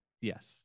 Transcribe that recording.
Yes